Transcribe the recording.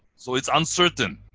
so it's uncertain,